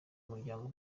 umuryango